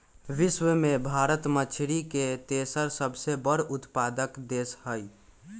विश्व में भारत मछरी के तेसर सबसे बड़ उत्पादक देश हई